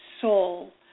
soul